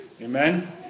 Amen